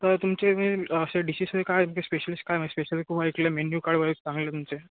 तर तुमचे मी असे डिशीस वगैरे काय तुमच्या स्पेशलिस काय माहिती स्पेशल तुम्हाला इकडे मेन्यू कार्ड वगैरे चांगलं आहे तुमचे